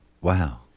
wow